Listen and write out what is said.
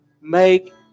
make